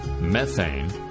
methane